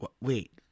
wait